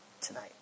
tonight